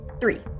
Three